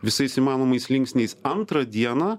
visais įmanomais linksniais antrą dieną